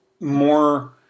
more